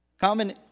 Common